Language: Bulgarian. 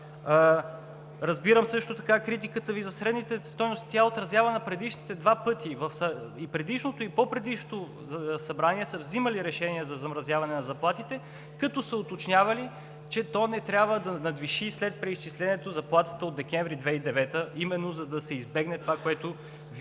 Разбирам също така критиката Ви за средните стойности. Тя е отразявана и предишните два пъти – в предишното и в по-предишното Събрание са вземали решения за замразяване на заплатите, като са уточнявали, че то не трябва да надвиши, след преизчислението, заплатата от месец декември 2009 г., именно за да се избегне това, което Вие